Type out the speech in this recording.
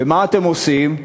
ומה אתם עושים?